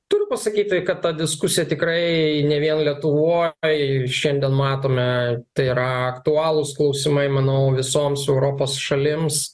turiu pasakyt tai kad ta diskusija tikrai ne vien lietuvoj šiandien matome tai yra aktualūs klausimai manau visoms europos šalims